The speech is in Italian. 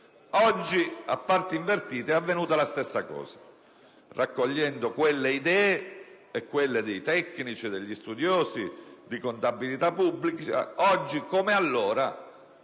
Oggi, a parti invertite, è avvenuta la stessa cosa. Raccogliendo quelle idee, e quelle dei tecnici e degli studiosi di contabilità pubblica, oggi come allora